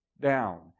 down